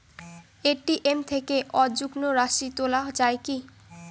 ATM থেকে অযুগ্ম রাশি তোলা য়ায় কি?